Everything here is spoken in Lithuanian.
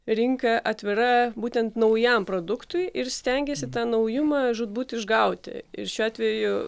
rinka atvira būtent naujam produktui ir stengiasi tą naujumą žūtbūt išgauti ir šiuo atveju